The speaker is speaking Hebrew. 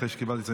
אחרי שקיבלתי,